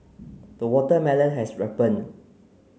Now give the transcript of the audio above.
the watermelon has ripened